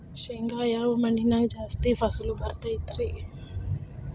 ಶೇಂಗಾ ಯಾವ ಮಣ್ಣಿನ್ಯಾಗ ಜಾಸ್ತಿ ಫಸಲು ಬರತೈತ್ರಿ?